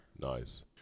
Nice